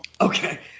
Okay